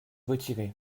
retiré